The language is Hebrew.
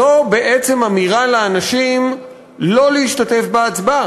זו בעצם אמירה לאנשים לא להשתתף בהצבעה,